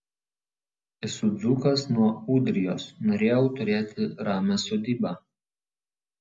esu dzūkas nuo ūdrijos norėjau turėti ramią sodybą